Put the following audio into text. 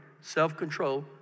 self-control